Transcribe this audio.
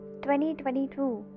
2022